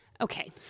Okay